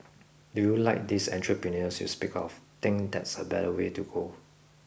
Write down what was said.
do you like these entrepreneurs you speak of think that's a better way to go